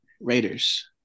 Raiders